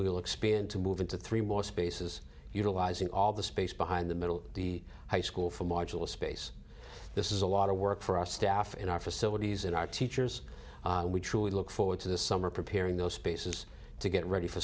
will expand to move into three more spaces utilizing all the space behind the middle the high school for modular space this is a lot of work for our staff in our facilities in our teachers we truly look forward to the summer preparing those spaces to get ready for